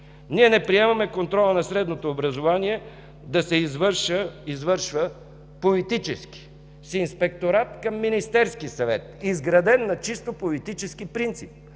Ние не приемаме контролът в средното образование да се извършва политически – с Инспекторат към Министерския съвет, изграден на чисто политически принцип,